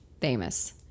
famous